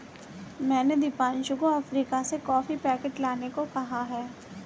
मैंने दीपांशु को अफ्रीका से कॉफी पैकेट लाने को कहा है